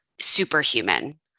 superhuman